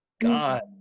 God